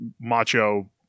macho